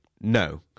no